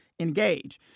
engage